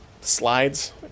slides